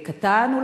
קטן,